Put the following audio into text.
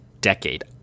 decade